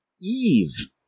Eve